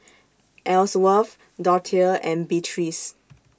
Ellsworth Dorthea and Beatrice